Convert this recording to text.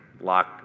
lock